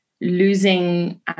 losing